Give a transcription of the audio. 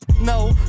No